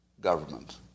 government